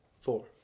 four